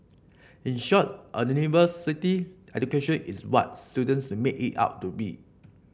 in short a university education is what students make it out to be